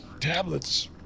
tablets